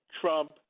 Trump